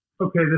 okay